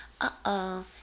uh-oh